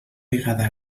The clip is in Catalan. vegada